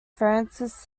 francis